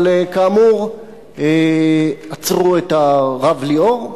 אבל כאמור עצרו את הרב ליאור,